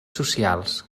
socials